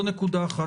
זו נקודה אחת.